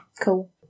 cool